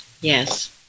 Yes